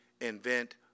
invent